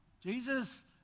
Jesus